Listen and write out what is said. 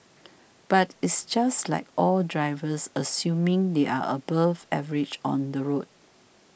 but it's just like all drivers assuming they are above average on the road